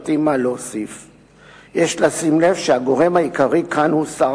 לפעמים אומר שהתחייבות כזאת לפעמים יותר שווה